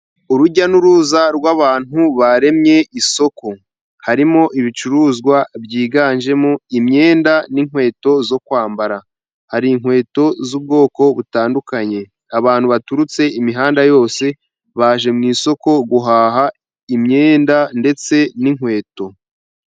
Urujya n'uruza rw'abantu baremye isoko harimo ibicuruzwa byiganjemo imyenda, n'inkweto zo kwambara, hari inkweto z'ubwoko butandukanye, abantu baturutse imihanda yose baje mu isoko guhaha imyenda ndetse n'inkweto.